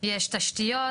יש תשתיות.